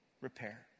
repair